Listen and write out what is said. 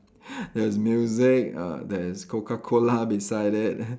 there's music uh there is Coca-Cola beside it